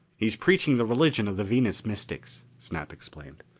he's preaching the religion of the venus mystics, snap explained.